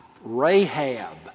Rahab